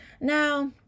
Now